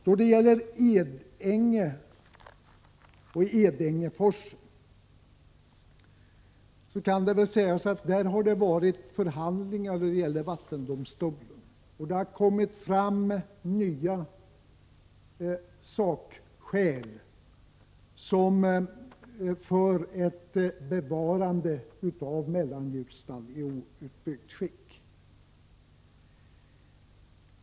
Då det gäller Edänge och Edängefors kan nämnas att det har varit förhandlingar i vattendomstolen. Det har kommit fram nya sakskäl för ett bevarande av Mellanljusnan i outbyggt skick.